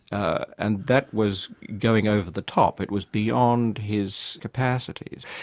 and that was going over the top, it was beyond his capacities.